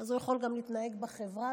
אז הוא יכול להתנהג כך בחברה,